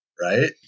right